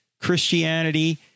Christianity